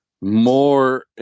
more